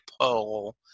poll